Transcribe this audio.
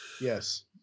Yes